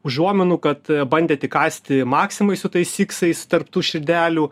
užuominų kad bandėt įkąsti maksimui su tais iksais tarp tų širdelių